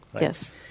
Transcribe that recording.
Yes